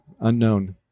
Unknown